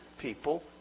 people